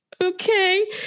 okay